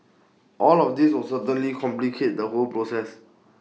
all of these will certainly complicate the whole process